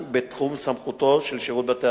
קבלת החלטה לגביהן אינה בתחום סמכותו של שירות בתי-הסוהר.